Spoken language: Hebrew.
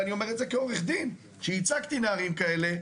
ואני אומר את זה כעורך דין, שהצגתי נערים כאלה.